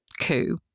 coup